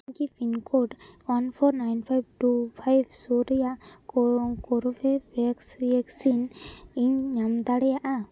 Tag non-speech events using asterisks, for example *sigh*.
ᱤᱧ ᱠᱤ pincode one four nine five two five ᱥᱩᱨ ᱨᱮᱭᱟᱜ *unintelligible* *unintelligible* *unintelligible* ᱤᱧ ᱧᱟᱢ ᱫᱟᱮᱭᱟᱜᱼᱟ